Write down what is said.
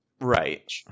right